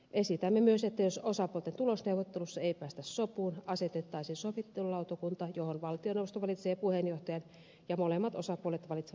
esitämme myös että jos osapuolten tulosneuvotteluissa ei päästä sopuun asetettaisiin sovittelulautakunta johon valtioneuvosto valitsee puheenjohtajan ja molemmat osapuolet valitsevat edustajansa